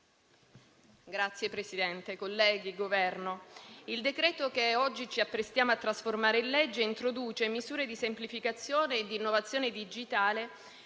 Signor Presidente, colleghi, membri del Governo, il decreto-legge che oggi ci apprestiamo a trasformare in legge introduce misure di semplificazione e di innovazione digitale